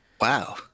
Wow